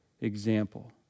example